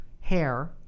hair